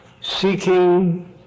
seeking